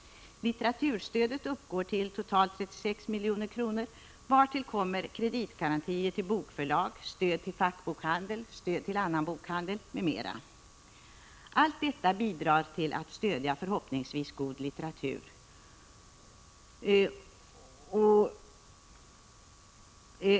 Litteraturstödet uppgår till totalt 36 milj.kr., vartill kommer kreditgarantier till bokförlag, stöd till fackbokhandeln och till annan bokhandel m.m. Allt detta bidrar till att förhoppningsvis stödja god litteratur.